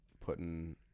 putting